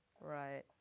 Right